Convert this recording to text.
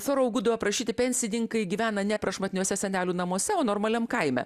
foraugudo aprašyti pensininkai gyvena ne prašmatniuose senelių namuose o normaliam kaime